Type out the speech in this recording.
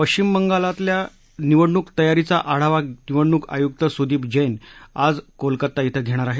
पश्विम बंगालातल्या निवडणूक तयारीचा आढावा निवडणूक आयुक्त सुदीप जेन आज कोलकाता धिं घेणार आहेत